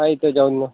हा इथे जाऊ ना मग